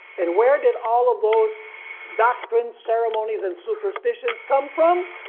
and where did all of those doctrines, ceremonies, and superstitions come from?